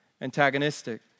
antagonistic